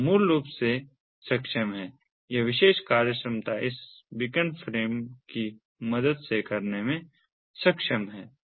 तो यह मूल रूप से सक्षम है यह विशेष कार्यक्षमता इस बीकन फ्रेम की मदद से करने में सक्षम है